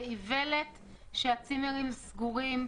זה איוולת שהצימרים סגורים.